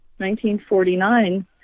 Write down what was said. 1949